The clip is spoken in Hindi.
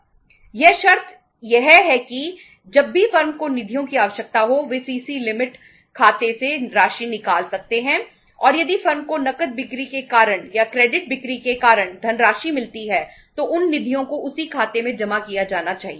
यहां शर्त यह है कि जब भी फर्म को निधियों की आवश्यकता हो वे सीसी लिमिट बिक्री के कारण धनराशि मिलती है तो उन निधियों को उसी खाते में जमा किया जाना चाहिए